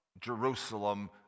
Jerusalem